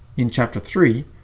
in chapter three,